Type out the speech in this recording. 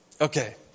Okay